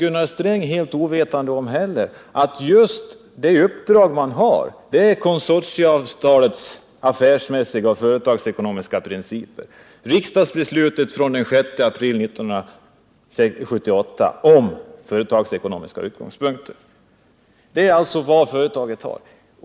Gunnar Sträng är inte helt ovetande om att det uppdrag man har innebär att man skall försöka följa konsortieavtalets affärsmässiga och företagsekonomiska principer. Det är innebörden i riksdagsbeslutet från den 6 april 1978 om företagsekonomiska utgångspunkter. Det är alltså vad företaget har att utgå från.